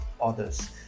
others